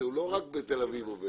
שפועל לא רק בתל אביב,